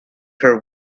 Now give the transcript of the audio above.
her